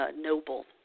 noble